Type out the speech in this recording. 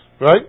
right